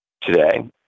today